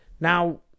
now